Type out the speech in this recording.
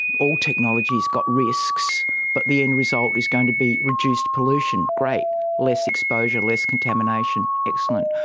all technology has got risks but the end result is going to be reduced pollution. great, less exposure, less contamination, excellent.